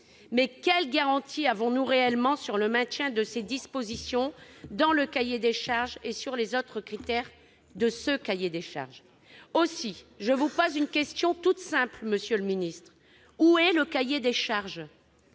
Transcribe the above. Mais quelles garanties avons-nous réellement sur le maintien de ces dispositions et sur les autres critères de ce cahier des charges ? Aussi, je vous pose une question toute simple, monsieur le ministre : où est le cahier des charges ?